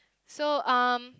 so um